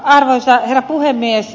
arvoisa herra puhemies